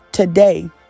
Today